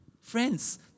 Friends